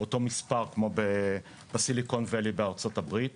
אותו מספר כמו בעמק הסיליקון בארצות הברית,